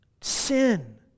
sin